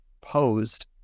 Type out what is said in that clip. posed